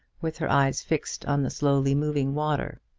with her eyes fixed on the slowly moving water.